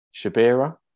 shabira